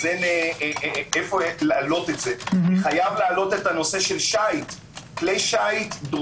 אין איפה להעלות את זה - חייב להעלות את הנושא של כלי שייט.